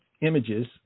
images